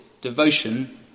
devotion